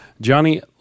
Johnny